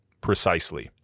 precisely